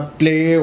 play